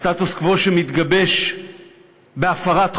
סטטוס-קוו שמתגבש בהפרת חוק?